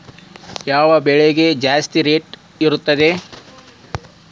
ಯಾವ ಬೆಳಿಗೆ ಜಾಸ್ತಿ ರೇಟ್ ಇರ್ತದ?